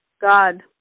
God